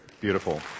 Beautiful